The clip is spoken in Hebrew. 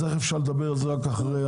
אז איך אפשר לדבר על זה רק אחרי?